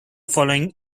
following